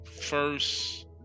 first